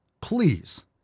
Please